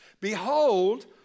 behold